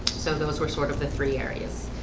so those were sort of the three areas